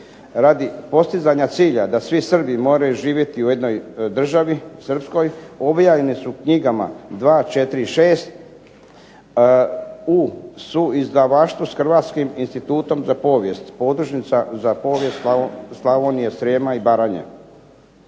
Radi postizanja cilja da svi Srbi moraju živjeti u jednoj državi srpskoj objavljeni su u knjigama dva, četiri i šest u suizdavaštvu sa Hrvatskim institutom za povijest podružnica za povijest Slavonije, Srijema i Baranje.